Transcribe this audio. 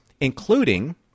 including